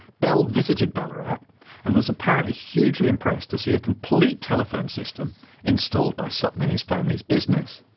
bell visited ballarat and was apparently hugely impressed to see a complete telephone system installed by sutton in his family's business.